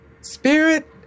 Spirit